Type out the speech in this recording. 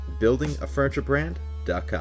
buildingafurniturebrand.com